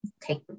take